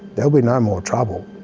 there'll be no more trouble.